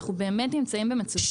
אנחנו באמת נמצאים במצוקה.